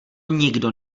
nikdo